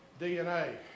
DNA